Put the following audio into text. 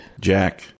Jack